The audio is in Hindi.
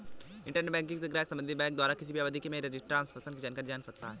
इंटरनेट बैंकिंग से ग्राहक संबंधित बैंक द्वारा किसी अवधि में हुए ट्रांजेक्शन की जानकारी जान सकता है